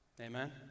amen